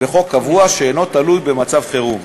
קבוע שאינו תלוי במצב חירום.